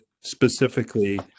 specifically